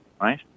right